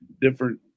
different